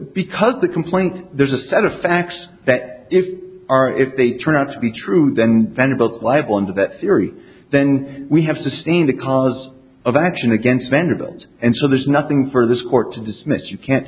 because the complaint there's a set of facts that if they are if they turn out to be true then vanderbilt liable under that theory then we have sustained the cause of action against vanderbilt and so there's nothing for this court to dismiss you can't